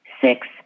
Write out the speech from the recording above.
Six